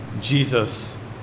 Jesus